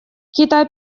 китай